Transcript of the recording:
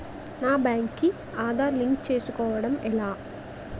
నా బ్యాంక్ కి ఆధార్ లింక్ చేసుకోవడం ఎలా?